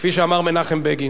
כפי שאמר מנחם בגין.